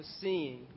seeing